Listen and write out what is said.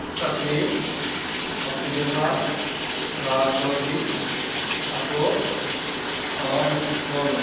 सतवीर पप्पी जायसवाल राल चौधरी अशोक और रोविन